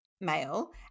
male